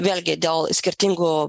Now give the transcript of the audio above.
vėlgi dėl skirtingų